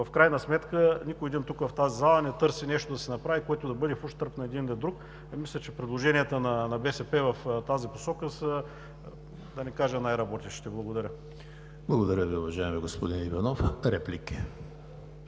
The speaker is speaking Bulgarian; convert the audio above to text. В крайна сметка нито един тук в тази зала не търси нещо да се направи, което да бъде в ущърб на един или друг, а мисля, че предложенията на БСП в тази посока са, да не кажа, най-работещите. Благодаря. ПРЕДСЕДАТЕЛ ЕМИЛ ХРИСТОВ: Благодаря Ви, уважаеми господин Иванов. Реплики?